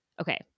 okay